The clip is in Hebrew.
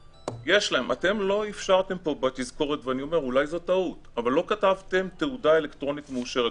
אתם לא אפשרתם פה אולי זו טעות ולא כתבתם "תעודה אלקטרונית מאושרת".